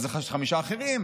אז חמישה אחרים,